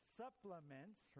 supplements